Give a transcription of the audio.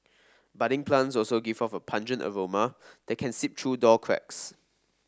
budding plants also give off a pungent aroma that can seep through door cracks